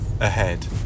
ahead